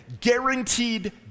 guaranteed